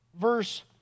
verse